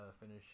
finish